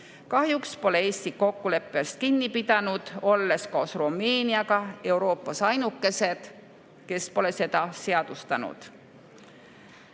Kahjuks pole Eesti kokkuleppest kinni pidanud, olles koos Rumeeniaga Euroopas ainukesed, kes pole seda seadustanud.